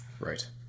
Right